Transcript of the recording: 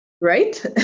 right